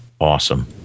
awesome